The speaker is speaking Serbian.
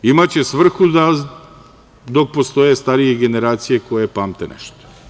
Imaće svrhu dok postoje starije generacije koje pamte nešto.